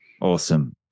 Awesome